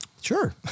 Sure